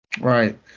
Right